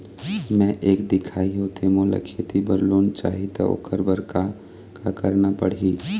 मैं एक दिखाही होथे मोला खेती बर लोन चाही त ओकर बर का का करना पड़ही?